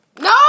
No